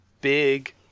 big –